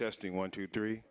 testing one two three